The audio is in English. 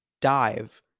dive